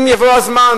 אם יבוא הזמן,